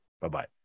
Bye-bye